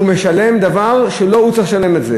הוא משלם על דבר שלא הוא צריך לשלם עליו.